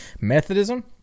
Methodism